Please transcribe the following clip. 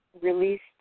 released